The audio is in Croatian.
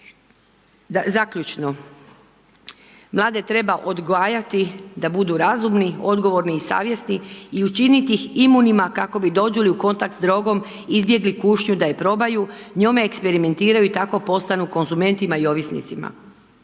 Zaključno. Mlade treba odgajati da budu razumni, odgovorni i savjesni i učiniti ih imunima kako bi dođu li u kontakt s drogom izbjegli kušnju da je probaju, njome eksperimentiraju i tako postanu konzumentima i ovisnicima.